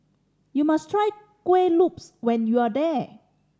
you must try Kueh Lopes when you are there